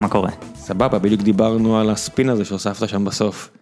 מה קורה סבבה בדיוק דיברנו על הספין הזה שהוספת שם בסוף.